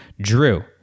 Drew